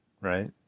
right